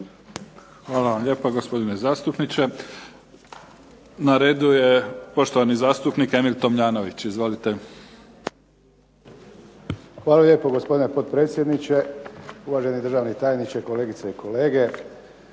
Hvala vam lijepa gospodine zastupniče. Na redu je poštovani zastupnik Emil Tomljanović. Izvolite. **Tomljanović, Emil (HDZ)** Hvala lijepo gospodine potpredsjedniče, uvaženi državni tajniče, kolegice i kolege.